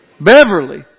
Beverly